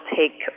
take